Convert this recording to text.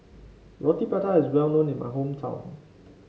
Roti Prata is well known in my hometown